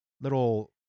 little